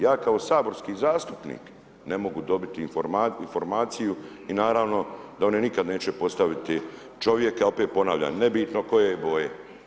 Ja kao saborski zastupnik ne mogu dobiti informaciju i naravno da one nikad neće postaviti čovjeka, opet ponavlja, nebitno koje je boje.